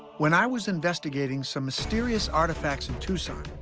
when i was investigating some mysterious artifacts in tucson,